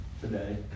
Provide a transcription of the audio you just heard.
today